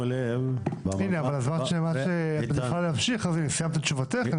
אם סיימת את תשובתך,